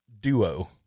Duo